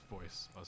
voice